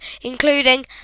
including